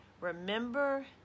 Remember